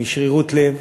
משרירות לב,